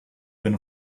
been